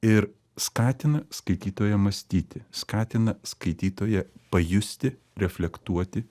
ir skatina skaitytoją mąstyti skatina skaitytoją pajusti reflektuoti